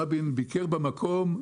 רבין ביקר במקום,